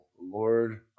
Lord